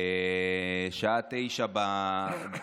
בשעה 09:00,